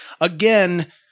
again